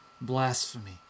blasphemy